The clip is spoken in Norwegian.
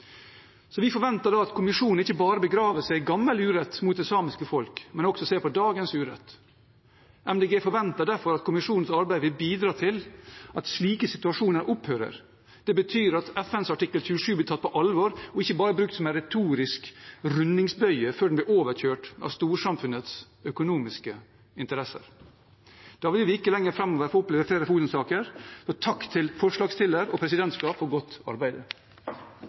Så vi forventer at kommisjonen ikke bare begraver seg i gammel urett mot det samiske folk, men også ser på dagens urett. Miljøpartiet De Grønne forventer derfor at kommisjonens arbeid vil bidra til at slike situasjoner opphører. Det betyr at FNs artikkel 27 blir tatt på alvor og ikke bare brukt som en retorisk rundingsbøye før den blir overkjørt av storsamfunnets økonomiske interesser. Da vil vi ikke lenger framover få oppleve flere Fosen-saker – så takk til forslagsstillere og presidentskap for godt arbeid.